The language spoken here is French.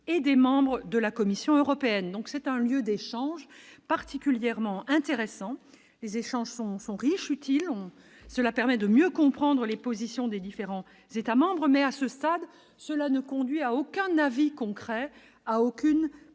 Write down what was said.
et des membres de la Commission européenne, donc c'est un lieu d'échanges particulièrement intéressant, les échanges sont sont riches utile on, cela permet de mieux comprendre les positions des différents États membres mais à ce stade, cela ne conduit à aucun avis concret à aucune prise